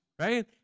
Right